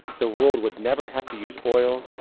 the world would never have to use oil,